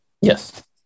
Yes